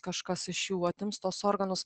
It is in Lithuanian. kažkas iš jų atims tuos organus